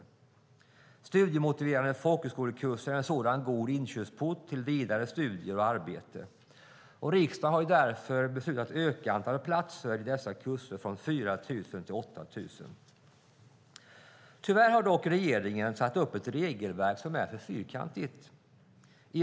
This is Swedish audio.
En studiemotiverande folkhögskolekurs är en god inkörsport till vidare studier och arbete. Riksdagen har därför beslutat att öka antalet platser på dessa kurser från 4 000 till 8 000. Tyvärr har regeringen dock satt upp ett regelverk som är för fyrkantigt.